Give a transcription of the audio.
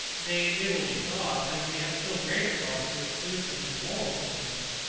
nay, it will be thought, that we have still greater cause to exclude from him moral sentiments,